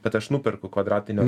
bet aš nuperku kvadratinio